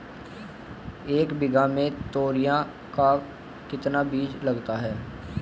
एक बीघा में तोरियां का कितना बीज लगता है?